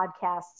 podcasts